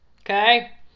Okay